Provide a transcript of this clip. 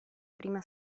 prima